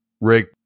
Rick